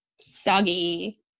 soggy